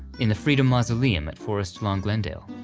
in the freedom mausoleum at forest lawn glendale.